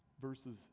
Verses